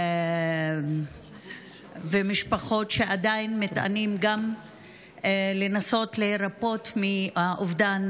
משפחות עדיין מתענות ומנסות להירפא מהאובדן